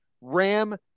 Ram